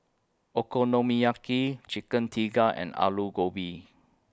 Okonomiyaki Chicken Tikka and Alu Gobi